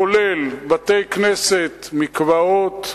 כולל בתי-כנסת, מקוואות,